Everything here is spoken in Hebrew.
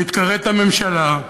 המתקראים הממשלה,